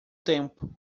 tempo